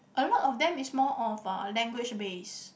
a lot of them is more of language base